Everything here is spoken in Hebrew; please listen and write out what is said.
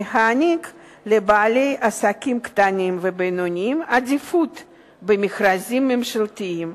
1. להעניק לבעלי עסקים קטנים ובינוניים עדיפות במכרזים ממשלתיים,